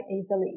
easily